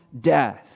death